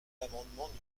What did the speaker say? l’amendement